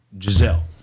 Giselle